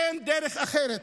אין דרך אחרת.